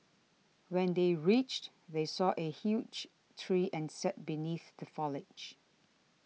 when they reached they saw a huge tree and sat beneath the foliage